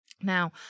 Now